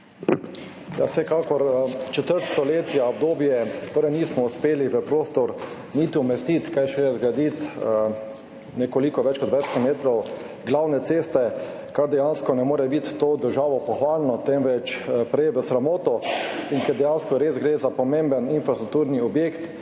Vsekakor. Četrt stoletja je obdobje, ko torej nismo uspeli v prostor niti umestiti, kaj šele zgraditi nekoliko več kot več kot 200 metrov glavne ceste, kar dejansko ne more biti za to državo pohvalno, temveč prej v sramoto. Ker dejansko res gre za pomemben infrastrukturni objekt,